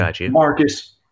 Marcus